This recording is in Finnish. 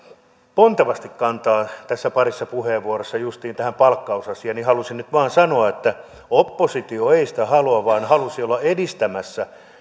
pontevasti kantaa tässä parissa puheenvuorossa justiin tähän palkkausasiaan niin halusin nyt vain sanoa että oppositio ei sitä halua vaan halusi olla edistämässä